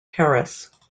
harris